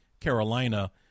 carolina